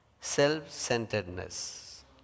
self-centeredness